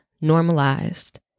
normalized